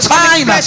time